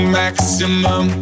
maximum